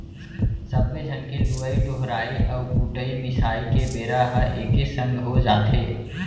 सब्बे झन के लुवई डोहराई अउ कुटई मिसाई के बेरा ह एके संग हो जाथे